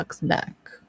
back